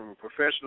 professional